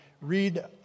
read